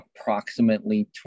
approximately